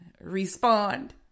respond